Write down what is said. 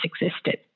existed